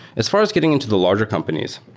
as far as getting into the larger companies,